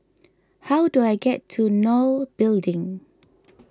how do I get to Nol Building